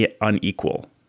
unequal